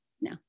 no